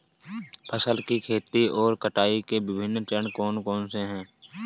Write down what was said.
फसल की खेती और कटाई के विभिन्न चरण कौन कौनसे हैं?